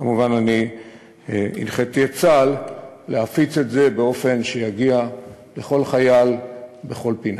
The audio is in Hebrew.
כמובן הנחיתי את צה"ל להפיץ את זה באופן שיגיע לכל חייל בכל פינה.